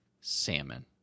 salmon